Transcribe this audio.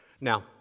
Now